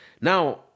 Now